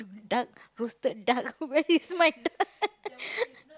duck roasted duck where is my duck